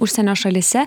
užsienio šalyse